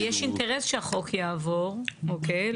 הרי יש אינטרס שהחוק יעבור, אוקיי?